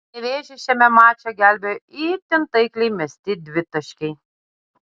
nevėžį šiame mače gelbėjo itin taikliai mesti dvitaškiai